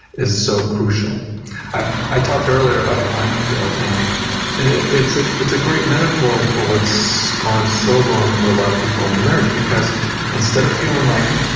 is so crucial i i talked earlier about a minefield, and it's a it's a great metaphor for what's gone so wrong for a lot of people in their marriage, because instead of feeling like,